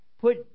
put